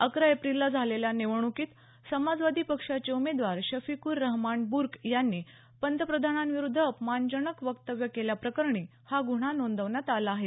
अकरा एप्रील ला झालेल्या निवडणुकीत समाजवादी पक्षाचे उमेदवार शफीकूर रहमान ब्र्क यांनी पंतप्रधानांविरुद्ध अपमानजनक वक्त्व्य केल्याप्रकरणी हा गुन्हा नोंदवण्यात आला आहे